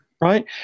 right